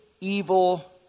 evil